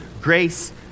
grace